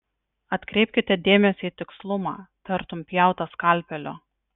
atkreipkite dėmesį į tikslumą tartum pjauta skalpeliu